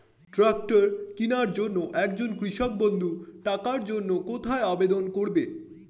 Tractor কিনার জন্য একজন কৃষক বন্ধু টাকার জন্য কোথায় আবেদন করবে?